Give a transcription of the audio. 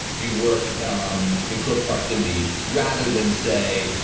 you work um in close proximity rather than, say,